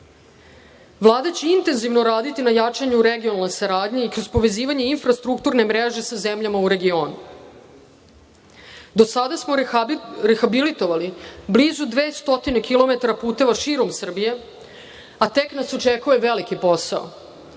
će intenzivno raditi na jačanju regionalne saradnje i kroz povezivanje infrastrukturne mreže sa zemljama u regionu. Do sada smo rehabilitovali blizu 200 km puteva širom Srbije, a tek nas očekuje veliki posao,